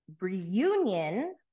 reunion